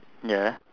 ya